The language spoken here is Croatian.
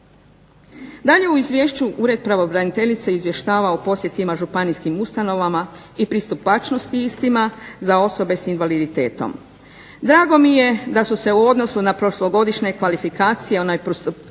Dalje u izvješću Ured pravobraniteljice izvještava o posjetima županijskim ustanovama i pristupačnosti istima za osobe sa invaliditetom. Drago mi je da su se u odnosu na prošlogodišnje kvalifikacije o nepristupačnosti